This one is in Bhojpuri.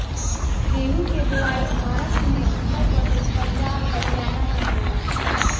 गेंहू के बोआई भारत में उत्तर प्रदेश, पंजाब, हरियाणा में होला